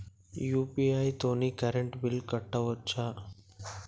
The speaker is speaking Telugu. యూ.పీ.ఐ తోని కరెంట్ బిల్ కట్టుకోవచ్ఛా?